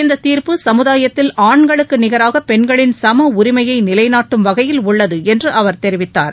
இந்தத் தீர்ப்பு சமுதாயத்தில் ஆண்களுக்கு நிகராக பெண்களின் சம உரிமையை நிலைநாட்டும் வகையில் உள்ளது என்று அவர் தெரிவித்தார்